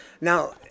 Now